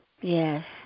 Yes